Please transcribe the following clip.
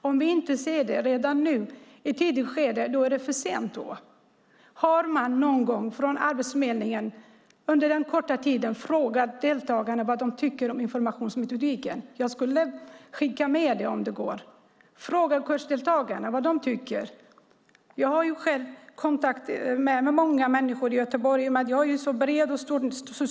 Om vi inte ser det redan nu i ett tidigt skede är det för sent. Har Arbetsförmedlingen någon gång under den korta tiden frågat deltagarna vad de tycker om informationsmetodiken? Jag skulle vilja skicka med den frågan. Fråga kursdeltagarna vad de tycker! Jag har själv kontakt med många människor i Göteborg i och med att jag har ett stort socialt nätverk.